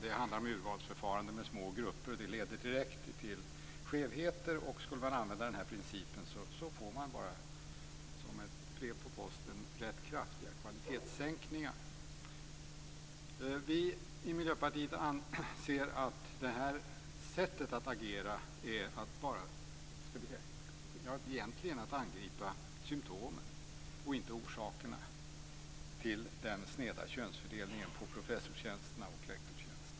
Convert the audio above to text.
Det handlar om urvalsförfarande i små grupper, och det leder direkt till skevheter. Använder man den här principen får man som ett brev på posten ganska kraftiga kvalitetssänkningar. Vi i Miljöpartiet anser att det här sättet att agera innebär att man angriper symtomen, inte orsakerna, till den sneda könsfördelningen av professorstjänster och lektorstjänster.